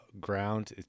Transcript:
ground